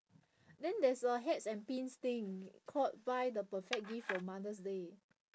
then there's a hats and pins thing called buy the perfect gift for mother's day